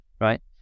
right